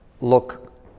look